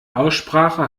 aussprache